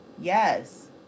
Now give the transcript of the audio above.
Yes